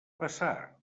passar